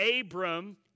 Abram